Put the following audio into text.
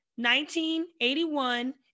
1981